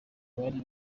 bari